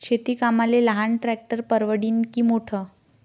शेती कामाले लहान ट्रॅक्टर परवडीनं की मोठं?